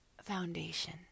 foundation